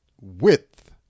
width